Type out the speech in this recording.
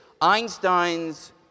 Einstein's